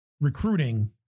recruiting